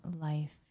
life